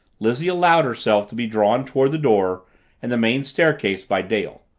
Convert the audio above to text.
lizzie allowed herself to be drawn toward the door and the main staircase by dale.